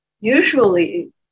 usually